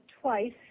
twice